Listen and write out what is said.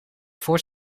voor